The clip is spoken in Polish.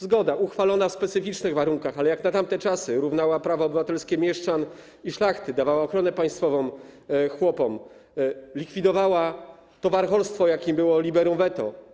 Zgoda, uchwalona w specyficznych warunkach, ale jak na tamte czasy równała prawa obywatelskie mieszczan i szlachty, dawała ochronę państwową chłopom, likwidowała to warcholstwo, jakim było liberum veto.